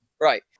Right